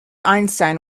einstein